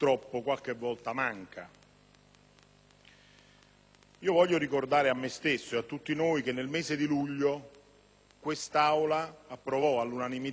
Voglio ricordare a me stesso e a tutti noi che nel mese di luglio quest'Aula approvò all'unanimità un ordine del giorno